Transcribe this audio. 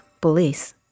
police